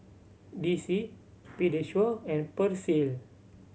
D C Pediasure and Persil